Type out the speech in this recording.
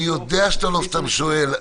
אני יודע שאתה לא סתם שואל.